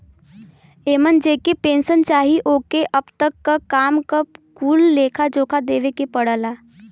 एमन जेके पेन्सन चाही ओके अब तक क काम क कुल लेखा जोखा देवे के पड़ला